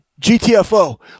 GTFO